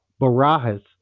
Barajas